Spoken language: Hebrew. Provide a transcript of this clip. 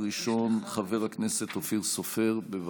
ראשון, חבר הכנסת אופיר סופר, בבקשה.